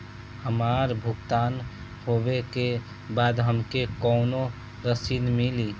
हमार भुगतान होबे के बाद हमके कौनो रसीद मिली?